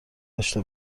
داشته